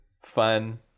fun